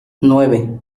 nueve